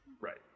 Right